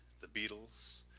the beatles,